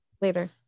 later